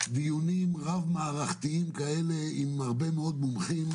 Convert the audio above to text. דיונים רב מערכתיים כאלה עם הרבה מאוד מומחים